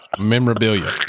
memorabilia